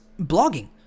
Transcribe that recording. blogging